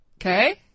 Okay